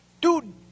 Dude